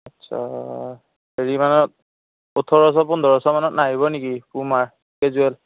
আচ্ছা হেৰি মানত ওঠৰশ পোন্ধৰশ মানত নাহিব নেকি পুমাৰ কেজুৱেল